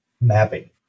mapping